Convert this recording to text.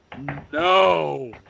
No